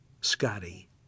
Scotty